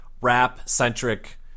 rap-centric